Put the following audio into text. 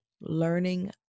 learning